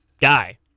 guy